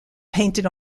painted